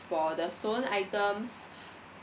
for the stolen items